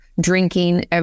drinking